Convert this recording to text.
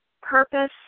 purpose